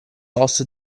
also